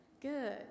Good